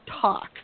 talk